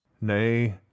Nay